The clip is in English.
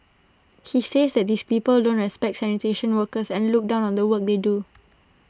he says that these people don't respect sanitation workers and look down on the work they do